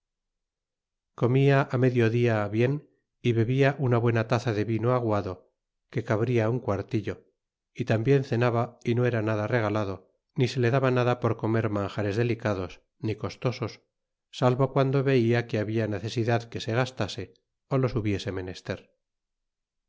cornia á medio dia bien y bebia una buena taza de vino aguado que cabria un quartillo y tambien cenaba y no era nada regalado ni se le daba nada por comer manjares delicados ni costosos salvo piando veia que habia necesidad que se gastase o los hubiese menester